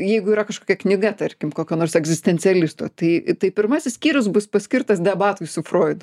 jeigu yra kažkokia knyga tarkim kokio nors egzistencialisto tai tai pirmasis skyrius bus paskirtas debatai su froidu